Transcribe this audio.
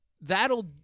that'll